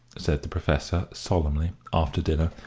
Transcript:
said the professor, solemnly, after dinner,